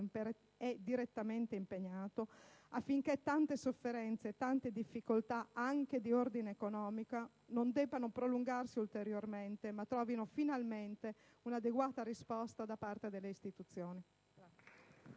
è direttamente impegnato - affinché tante sofferenze e tante difficoltà, anche economiche, non debbano prolungarsi ulteriormente, ma trovino finalmente un'adeguata risposta da parte delle istituzioni.